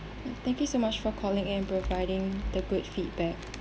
thank you so much for calling and providing the good feedback